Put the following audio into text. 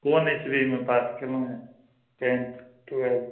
कोन इसबीमे पास केलहुॅं टेन्थ टुएल्थ